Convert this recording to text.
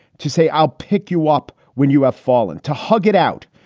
to say i'll pick you up when you have fallen, to hug it out,